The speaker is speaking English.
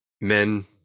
men